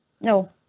No